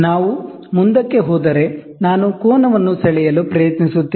ನಾವು ಮುಂದಕ್ಕೆ ಹೋದರೆ ನಾನು ಕೋನವನ್ನು ಬರೆಯಲು ಪ್ರಯತ್ನಿಸುತ್ತೇನೆ